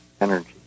energy